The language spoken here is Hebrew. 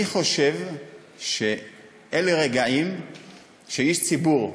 אני חושב שאלה רגעים שאיש ציבור,